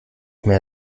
mehr